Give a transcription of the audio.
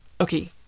Okay